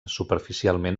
superficialment